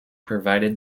provided